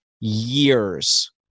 years